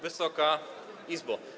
Wysoka Izbo!